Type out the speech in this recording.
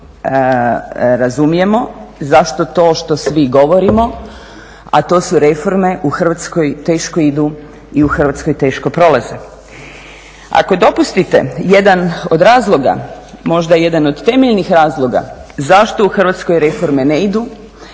razumijemo, zašto to što svi govorimo a to su reforme u Hrvatskoj teško idu i u Hrvatskoj teško prolaze. Ako dopustite jedan od razloga, možda jedan od temeljnih razloga zašto u Hrvatskoj reforme ne idu